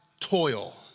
toil